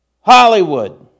Hollywood